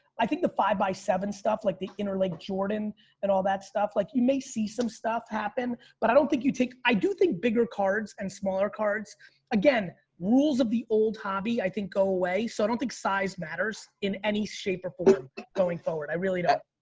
i think the five by seven stuff like the interlake jordan and all that stuff, like you may see some stuff happen but i don't think you take, i do think bigger cards and smaller cards again, rules of the old hobby i think go away. so i don't think size matters in any shape or form going forward. i really don't.